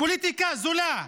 פוליטיקה זולה,